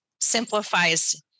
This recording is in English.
simplifies